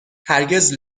هرگز